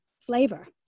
flavor